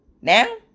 Now